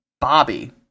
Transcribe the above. Bobby